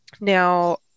Now